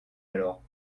alors